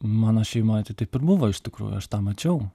mano šeimoj tai taip ir buvo iš tikrųjų aš tą mačiau